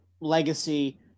legacy